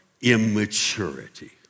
immaturity